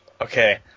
Okay